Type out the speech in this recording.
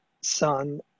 son